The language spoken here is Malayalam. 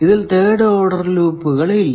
ഇതിൽ തേർഡ് ഓർഡർ ലൂപ്പുകൾ ഇല്ല